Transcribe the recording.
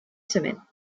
semaines